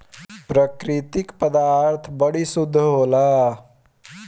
प्रकृति क पदार्थ बड़ी शुद्ध होला